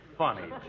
funny